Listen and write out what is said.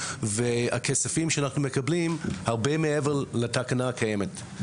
והכספים שאנחנו מקבלים הם הרבה מעבר לתקנה הקיימת.